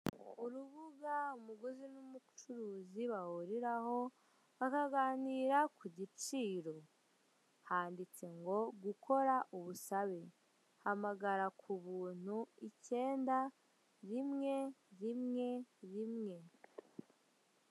Urubuga umuguzi n'umucuruzi bahuriraho bakaganira ku giciro, handitse ngo gukora ubusabe, hamagara ku buntu icyenda, rimwe, rimwe, rimwe.